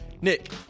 Nick